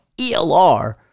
ELR